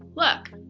look.